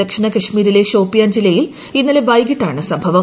ദക്ഷിണ കശ്മീരിലെ ഷോപ്പിയാൻ ജില്ലയിൽ ഇന്നലെ വൈകിട്ടാണ് സംഭവം